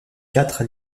quatre